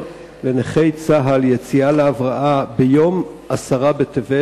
לנכי צה"ל יציאה להבראה ביום עשרה בטבת,